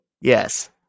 Yes